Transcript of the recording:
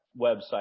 website